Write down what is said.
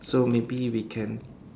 so maybe we can